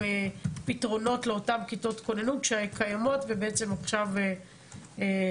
פתרונות לאותן כיתות כוננות שקיימות ובעצם עכשיו נעלמו.